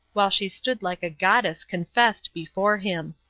while she stood like a goddess confessed before him.